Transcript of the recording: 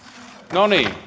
no niin